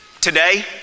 Today